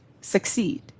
succeed